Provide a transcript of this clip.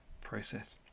process